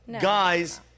guy's